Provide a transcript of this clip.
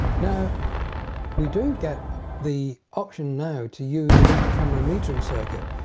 now we do get the option now to use the camera metering circuit.